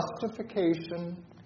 justification